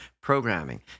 programming